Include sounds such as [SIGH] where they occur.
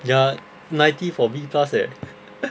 ya ninety for B plus leh [LAUGHS]